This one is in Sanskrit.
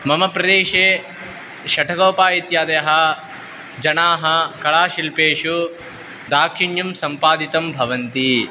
मम प्रदेशे षठकोपः इत्यादयः जनाः कलाशिल्पेषु दाक्षिण्यं सम्पादितं भवन्ति